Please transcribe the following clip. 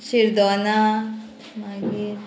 शिरदोना मागीर